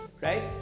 right